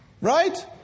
Right